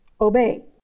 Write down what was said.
obey